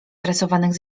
tresowanych